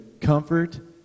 comfort